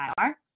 IR